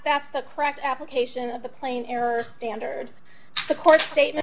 that's the correct application of the plain error standard the court's statement